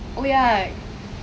oh ya